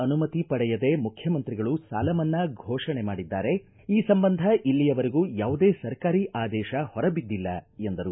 ಅನುಮತಿ ಪಡೆಯದೇ ಮುಖ್ಯಮಂತ್ರಿಗಳು ಸಾಲ ಮನ್ನಾ ಘೋಷಣೆ ಮಾಡಿದ್ದಾರೆ ಈ ಸಂಬಂಧ ಇಲ್ಲಿಯ ವರೆಗೂ ಯಾವುದೇ ಸರ್ಕಾರಿ ಆದೇಶ ಹೊರ ಬಿದ್ದಿಲ್ಲ ಎಂದರು